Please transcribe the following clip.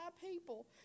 people